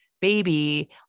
baby